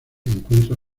encuentra